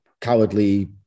Cowardly